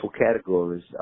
categories